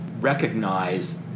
recognize